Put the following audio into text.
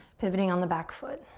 pivoting on the back foot.